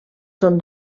són